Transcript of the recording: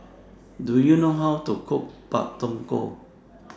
Do YOU know How to Cook Pak Thong Ko